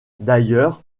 d’ailleurs